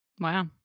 Wow